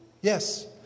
Yes